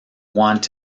wanted